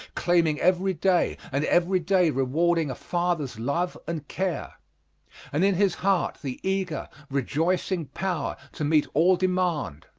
claiming every day and every day rewarding a father's love and care and in his heart the eager, rejoicing power to meet all demand.